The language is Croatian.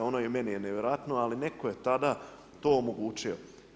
Ono i meni je nevjerojatno, ali netko je tada to omogućio.